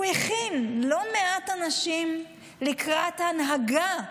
הוא הכין לא מעט אנשים לקראת הנהגה,